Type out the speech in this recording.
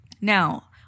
Now